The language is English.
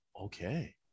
Okay